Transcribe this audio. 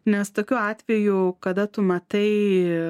nes tokiu atveju kada tu matai